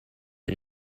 and